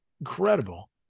incredible